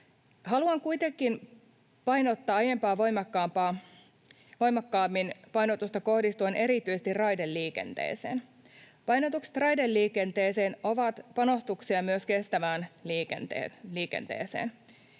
Haluan kuitenkin kohdistaa aiempaa voimakkaammin painotusta erityisesti raideliikenteeseen. Painotukset raideliikenteeseen ovat panostuksia myös kestävään liikenteeseen.